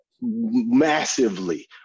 massively